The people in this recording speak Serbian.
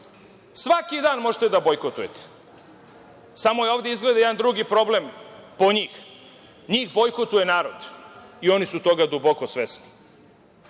Svaki dan možete da bojkotujete. Samo je ovde, izgleda, jedan drugi problem po njih. Njih bojkotuje narod i oni su toga duboko svesni. Zato,